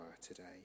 today